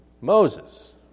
Moses